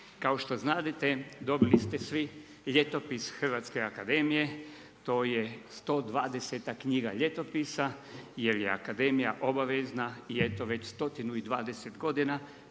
Kao što znadete, dobili ste svi ljetopis Hrvatske akademije, to je 120 knjiga ljetopisa, jer je akademija obavezna i eto već stotinu